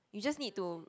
you just need to